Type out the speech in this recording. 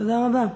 תודה רבה.